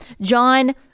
John